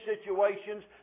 situations